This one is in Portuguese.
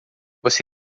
você